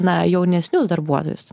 na jaunesnius darbuotojus